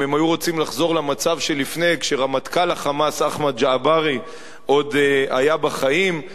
אם הם היו רוצים לחזור למצב שרמטכ"ל ה"חמאס" אחמד ג'עברי עוד היה בחיים,